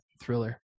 thriller